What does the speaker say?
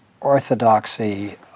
orthodoxy